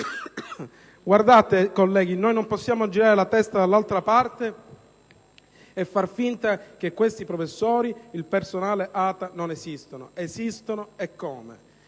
Guardate, colleghi, non possiamo girare la testa dall'altra parte e far finta che questi professori e il personale ATA non esistano: esistono eccome.